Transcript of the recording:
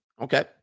okay